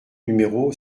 numéro